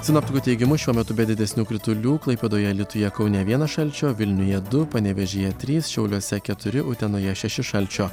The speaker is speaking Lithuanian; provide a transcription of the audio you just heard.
sinoptikų teigimu šiuo metu be didesnių kritulių klaipėdoje alytuje kaune vienas šalčio vilniuje du panevėžyje trys šiauliuose keturi utenoje šeši šalčio